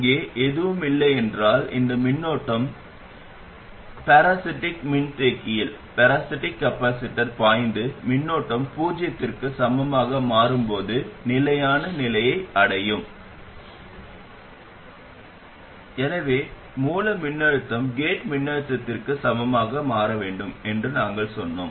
இங்கே எதுவும் இல்லை என்றால் இந்த மின்னோட்டம் பராசிட்டிக் மின்தேக்கியில் பாய்ந்து மின்னோட்டம் பூஜ்ஜியத்திற்கு சமமாக மாறும்போது நிலையான நிலையை அடையும் எனவே மூல மின்னழுத்தம் கேட் மின்னழுத்தத்திற்கு சமமாக மாற வேண்டும் என்று நாங்கள் சொன்னோம்